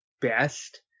best